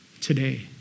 today